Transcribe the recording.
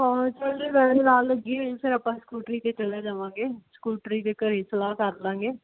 ਹਾਂ ਚੱਲ ਜੇ ਵੈਨ ਨਾ ਲੱਗੀ ਹੋਈ ਫਿਰ ਆਪਾਂ ਸਕੂਟਰੀ 'ਤੇ ਚਲਾ ਜਾਵਾਂਗੇ ਸਕੂਟਰੀ 'ਤੇ ਘਰ ਸਲਾਹ ਕਰ ਲਵਾਂਗੇ